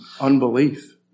unbelief